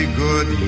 good